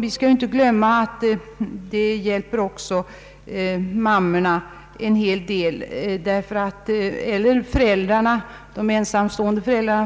Vi skall heller inte glömma att en sådan anordning hjälper föräldrarna en hel del, framför allt de ensamstående föräldrarna.